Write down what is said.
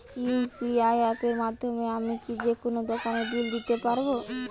UPI অ্যাপের মাধ্যমে আমি কি যেকোনো দোকানের বিল দিতে পারবো?